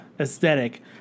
aesthetic